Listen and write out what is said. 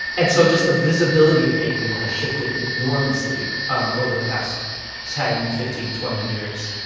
and so just the visibility of gay people has shifted enormously um over the past ten, fifteen, twenty years